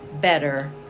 better